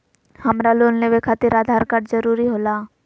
हमरा लोन लेवे खातिर आधार कार्ड जरूरी होला?